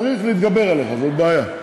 צריך להתגבר עליך, זאת בעיה.